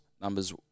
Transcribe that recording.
numbers